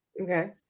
Okay